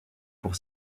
pour